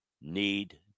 need